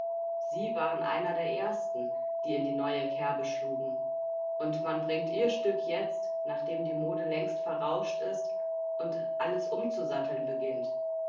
sie waren einer der ersten die in die neue kerbe schlugen und man bringt ihr stück jetzt nachdem die mode längst verrauscht ist und alles umzusatteln beginnt